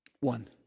One